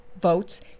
votes